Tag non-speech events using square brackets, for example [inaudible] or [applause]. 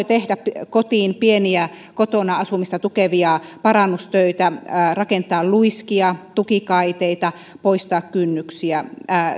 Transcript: [unintelligible] tehdä kotiin pieniä kotona asumista tukevia parannustöitä rakentaa luiskia tukikaiteita poistaa kynnyksiä